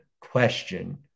question